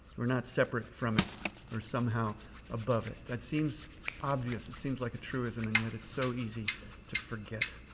we're not separate from it or somehow above it. that seems obvious. it seems like a truism. and yet it's so easy to forget.